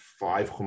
five